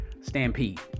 stampede